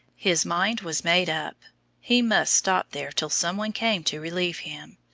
his mind was made up he must stop there till some one came to relieve him.